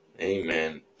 Amen